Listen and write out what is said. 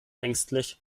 ängstlich